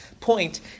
point